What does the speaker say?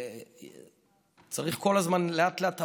צריך כל הזמן לאט-לאט,